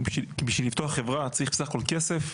בשביל לפתוח חברה צריך בסך הכול כסף.